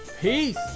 peace